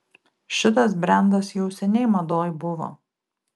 šitas brendas jau seniai madoj buvo